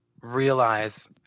realize